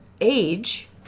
age